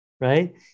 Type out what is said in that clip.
right